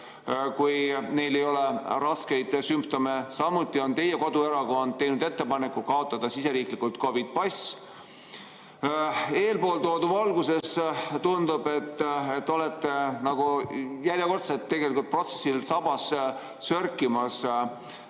kui neil ei ole raskeid sümptomeid. Samuti on teie koduerakond teinud ettepaneku kaotada siseriiklikult COVID‑i pass. Eespool toodu valguses tundub, et te järjekordselt tegelikult sörgite protsessil sabas. Kas